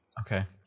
Okay